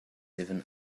even